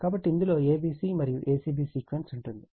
కాబట్టి ఇందులో a b c మరియు a c b సీక్వెన్స్ ఉంటుంది